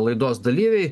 laidos dalyviai